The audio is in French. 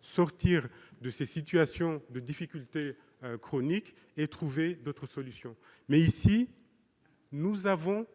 sortir de ces situations de difficultés chroniques et trouver d'autres solutions ; mais nous avons